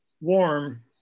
warm